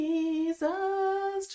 Jesus